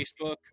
Facebook